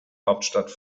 hauptstadt